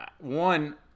one –